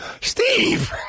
Steve